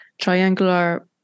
triangular